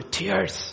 tears